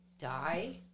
die